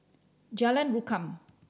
Jalan Rukam